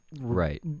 right